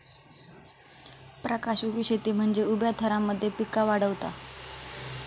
प्रकाश उभी शेती म्हनजे उभ्या थरांमध्ये पिका वाढवता